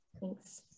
Thanks